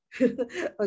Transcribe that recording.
Okay